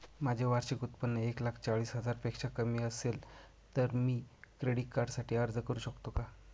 माझे वार्षिक उत्त्पन्न एक लाख चाळीस हजार पेक्षा कमी असेल तर मी क्रेडिट कार्डसाठी अर्ज करु शकतो का?